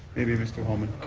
maybe mr. holman,